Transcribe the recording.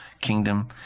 kingdom